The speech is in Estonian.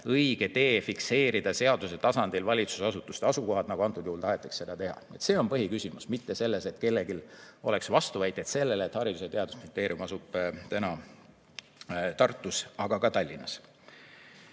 õige tee fikseerida seaduse tasandil valitsusasutuste asukohad, nagu antud juhul tahetakse teha. See on põhiküsimus, mitte see, et kellelgi oleks vastuväiteid sellele, et Haridus‑ ja Teadusministeerium asub Tartus, aga ka Tallinnas.